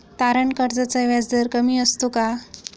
तारण कर्जाचा व्याजदर कमी असतो का?